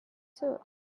too